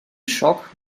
schock